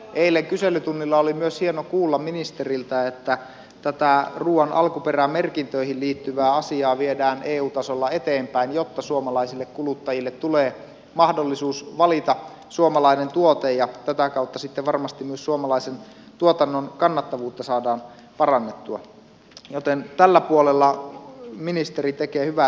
eilen kyselytunnilla oli myös hieno kuulla ministeriltä että tätä ruuan alkuperämerkintöihin liittyvää asiaa viedään eu tasolla eteenpäin jotta suomalaisille kuluttajille tulee mahdollisuus valita suomalainen tuote ja tätä kautta sitten varmasti myös suomalaisen tuotannon kannattavuutta saadaan parannettua joten tällä puolella ministeri tekee hyvää työtä